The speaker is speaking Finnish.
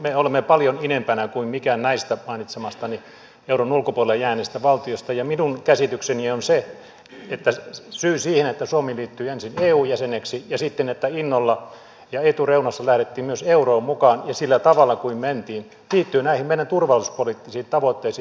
me olemme paljon idempänä kuin mikään näistä mainitsemistani euron ulkopuolelle jääneistä valtioista ja minun käsitykseni on se että syy siihen että suomi liittyi ensin eu jäseneksi ja että innolla ja etureunassa lähdettiin myös euroon mukaan ja sillä tavalla kuin mentiin liittyy näihin meidän turvallisuuspoliittisiin tavoitteisiin